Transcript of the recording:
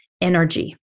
energy